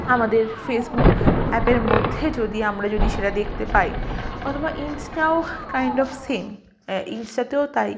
আমাদের ফেসবুক অ্যাপের মধ্যে যদি আমরা যদি সেটা দেখতে পাই অথবা ইন্সটাও কাইন্ড অফ সেম ইন্সটাতেও তাই